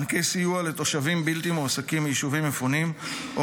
מענקי סיוע לתושבים בלתי מועסקים מיישובים מפונים או